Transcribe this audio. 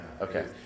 Okay